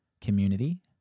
community